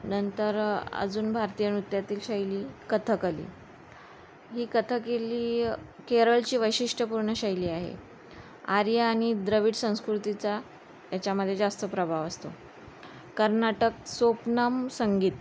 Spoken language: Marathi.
नंतर अजून भारतीय नृत्यातील शैली कथकली ही कथकली केरळची वैशिष्ट्यपूर्ण शैली आहे आर्य आणि द्रविड संस्कृतीचा याच्यामध्ये जास्त प्रभाव असतो कर्नाटक सोपानम संगीत